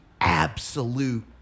absolute